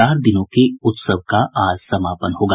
चार दिनों के इस उत्सव का आज समापन होगा